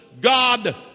God